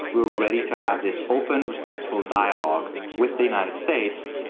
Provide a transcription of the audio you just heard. we're ready to have this open, respectful dialogue with the united states.